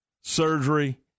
Surgery